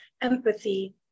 empathy